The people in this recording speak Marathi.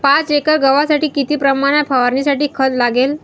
पाच एकर गव्हासाठी किती प्रमाणात फवारणीसाठी खत लागेल?